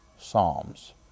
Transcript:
psalms